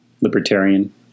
libertarian